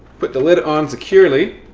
put the lid on securely.